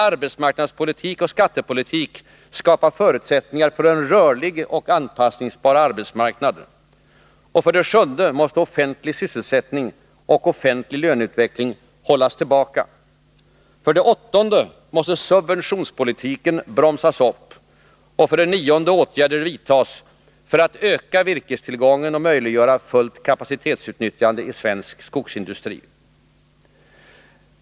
Arbetsmarknadspolitik och skattepolitik måste skapa förutsättningar för en rörlig och anpassningsbar arbetsmarknad. 7. Offentlig sysselsättning och offentlig löneutveckling måste hållas tillbaka. 8. Subventionspolitiken måste bromsas upp. 9. Åtgärder måste vidtas för att öka virkestillgången och möjliggöra fullt kapacitetutnyttjande i svensk skogsindustri.